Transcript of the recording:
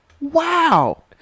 Wow